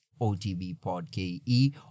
otbpodke